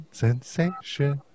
sensation